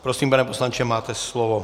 Prosím, pane poslanče, máte slovo.